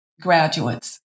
Graduates